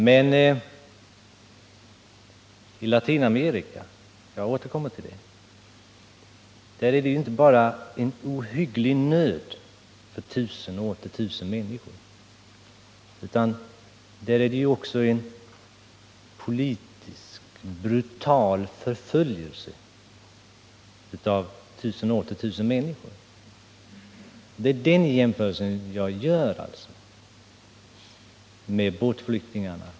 Men i Latinamerika — jag återkommer till detta — är det ju inte bara en ohygglig nöd för tusen och åter tusen människor, utan där är det också en brutal politisk förföljelse av tusen och åter tusen människor. Det är den jämförelsen jag gör med båtflykting arna.